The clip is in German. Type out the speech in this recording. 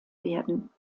werden